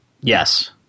Yes